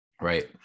Right